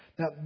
Now